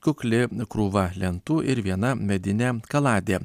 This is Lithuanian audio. kukli krūva lentų ir viena medinė kaladė